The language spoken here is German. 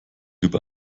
über